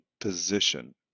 position